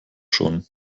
schon